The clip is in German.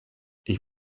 ich